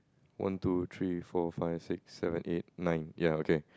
one two three four five six seven eight nine ya okay